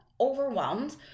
overwhelmed